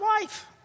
wife